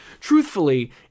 truthfully